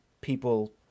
people